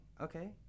okay